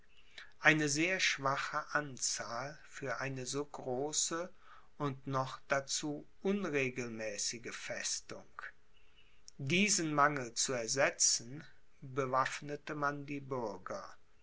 eine sehr schwache anzahl für eine so große und noch dazu unregelmäßige festung diesen mangel zu ersetzen bewaffnete man die bürger